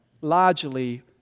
largely